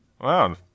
Wow